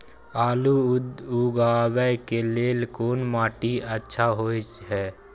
आलू उगाबै के लेल कोन माटी अच्छा होय है?